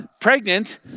pregnant